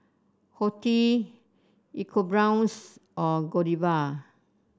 Horti EcoBrown's and Godiva